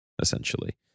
essentially